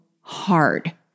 hard